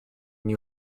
new